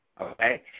Okay